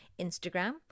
Instagram